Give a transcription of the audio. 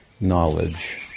knowledge